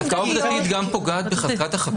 חזקה עובדתית גם פוגעת בחזקת החפות.